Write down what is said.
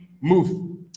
Move